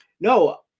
no